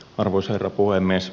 arvoisa herra puhemies